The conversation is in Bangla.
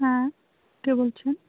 হ্যাঁ কে বলছেন